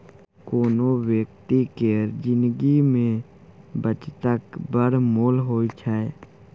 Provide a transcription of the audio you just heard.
कोनो बेकती केर जिनगी मे बचतक बड़ मोल होइ छै